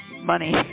money